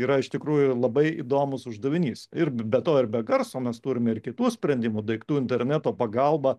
yra iš tikrųjų labai įdomus uždavinys ir be to ir be garso mes turime ir kitų sprendimų daiktų interneto pagalba